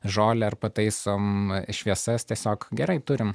žolę ar pataisom šviesas tiesiog gerai turim